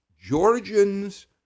Georgians